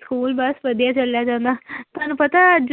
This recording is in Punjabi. ਸਕੂਲ ਬੱਸ ਵਧੀਆ ਚਲਿਆ ਜਾਂਦਾ ਤੁਹਾਨੂੰ ਪਤਾ ਅੱਜ